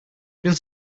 bin